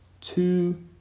two